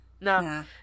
No